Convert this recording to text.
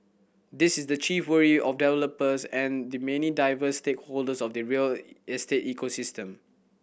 this is the chief worry of developers and the many diverse stakeholders of the real estate ecosystem